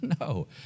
No